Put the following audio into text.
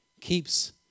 keeps